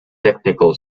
technical